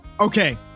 Okay